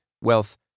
wealth